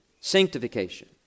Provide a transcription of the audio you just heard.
sanctification